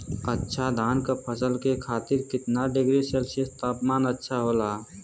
अच्छा धान क फसल के खातीर कितना डिग्री सेल्सीयस तापमान अच्छा होला?